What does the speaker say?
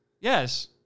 yes